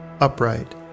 upright